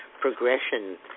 progression